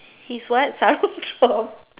he's what sarong drop